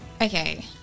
Okay